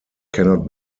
cannot